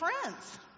friends